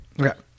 Okay